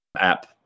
app